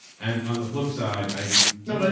and on the flip side, i know, but